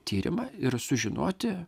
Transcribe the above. tyrimą ir sužinoti